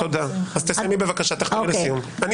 תודה, אז תחתרי לסיום בבקשה.